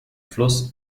fluss